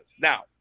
Now